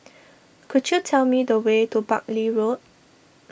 could you tell me the way to Buckley Road